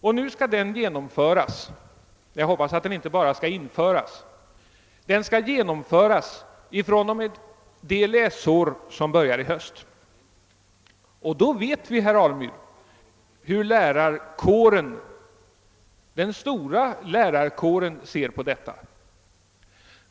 Och nu skall den reformen genomföras — jag hoppas att den inte bara skall införas — från och med det läsår som börjar till hösten. Men då vet vi, herr Alemyr, hur den stora lärarkåren ser på detta.